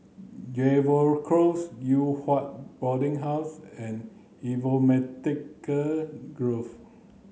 Jervois Close Yew Hua Boarding House and Grove